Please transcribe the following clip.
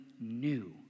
new